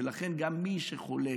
ולכן, גם מי שחולק,